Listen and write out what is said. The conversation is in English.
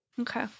Okay